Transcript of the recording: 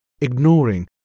ignoring